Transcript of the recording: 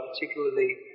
particularly